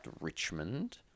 Richmond